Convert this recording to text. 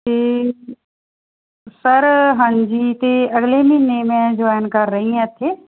ਅਤੇ ਸਰ ਹਾਂਜੀ ਅਤੇ ਅਗਲੇ ਮਹੀਨੇ ਮੈਂ ਜੁਆਇਨ ਕਰ ਰਹੀ ਹਾਂ ਇੱਥੇ